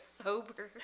sober